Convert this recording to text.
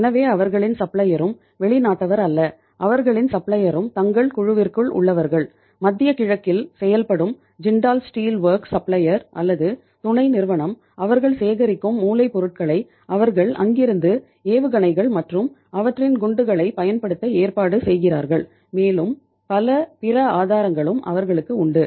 எனவே அவர்களின் சப்ளையரும் அல்லது துணை நிறுவனம் அவர்கள் சேகரிக்கும் மூலப்பொருட்களை அவர்கள் அங்கிருந்து ஏவுகணைகள் மற்றும் அவற்றின் குண்டுகளைப் பயன்படுத்த ஏற்பாடு செய்கிறார்கள் மேலும் பல பிற ஆதாரங்களும் அவர்களுக்கு உண்டு